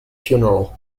funeral